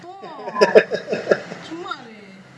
போ சும்மா இரு:po summa iru